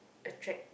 attract